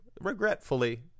regretfully